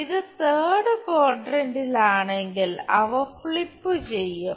ഇത് തേർഡ് ക്വാഡ്രന്റിലാണെങ്കിൽ അവ ഫ്ലിപ്പുചെയ്യും